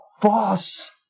false